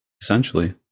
essentially